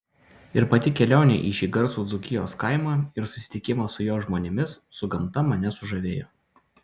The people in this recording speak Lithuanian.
ir pati kelionė į šį garsų dzūkijos kaimą ir susitikimas su jo žmonėmis su gamta mane sužavėjo